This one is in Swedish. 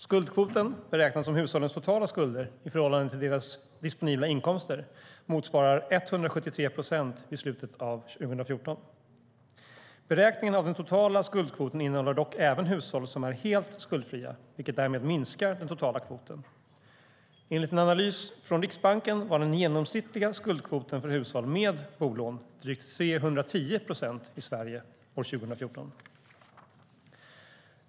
Skuldkvoten, beräknad som hushållens totala skulder i förhållande till deras disponibla inkomster, motsvarade 173 procent vid slutet av år 2014. Beräkningen av den totala skuldkvoten innehåller dock även hushåll som är helt skuldfria, vilket därmed minskar den totala kvoten. Enligt en analys från Riksbanken var den genomsnittliga skuldkvoten för hushåll med bolån drygt 310 procent i Sverige år 2014.